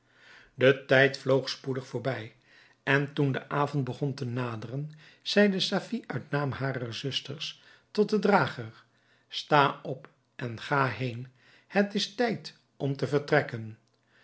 de tijd vloog spoedig voorbij en toen de avond begon te naderen zeide safie uit naam harer zusters tot den drager sta op en ga heen het is tijd om te vertrekken